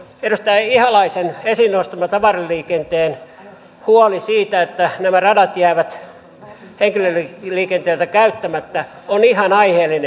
edustaja ihalaisen esiin nostama tavaraliikenteen huoli siitä että nämä radat jäävät henkilöliikenteeltä käyttämättä on ihan aiheellinen